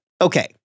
okay